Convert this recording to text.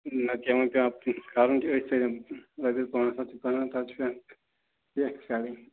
نَتہٕ پٮ۪ون پٮ۪وان کَرُن چھُ أتھۍ سۭتٮ۪ن رۄپیَس پانٛژھ ہَتھ چھِ بَنان پتہٕ چھُ پٮ۪وان سٮ۪کھ کَڈٕنۍ